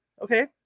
Okay